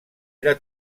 era